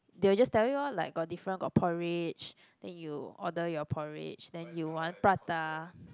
they will just tell you lor like got different got porridge then you order your porridge then you want prata